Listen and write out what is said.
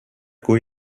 cui